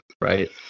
Right